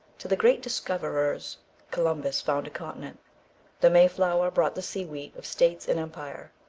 to the great discoverer's columbus found a continent the may-flower brought the seedwheat of states and empire.